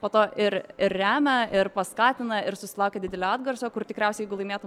po to ir ir remia ir paskatina ir susilaukia didelio atgarsio kur tikriausiai jeigu laimėtum